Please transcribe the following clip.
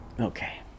Okay